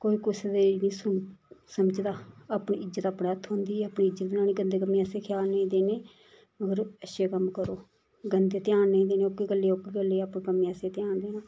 कोई कुसै दे नेईं सुन समझदा अपनी इज्जत अपने हत्थ होंदी ऐ अपनी इज्जत बनानी गंदे कम्मै आस्सै ख्याल नी देने मगर अच्छे कम्म करो गन्दे ध्यान नी देने ओह्के गल्लें ओह्के गल्लें अपने कम्मै आस्सै ध्यान देना